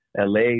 LA